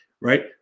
right